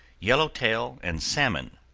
yellowtail, and salmon,